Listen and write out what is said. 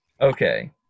okay